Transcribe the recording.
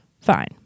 fine